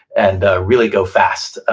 and really go fast, ah